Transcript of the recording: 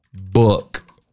book